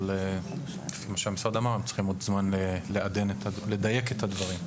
אבל לפי מה שהמשרד אמר הם צריכים עוד זמן כדי לדייק את הדברים.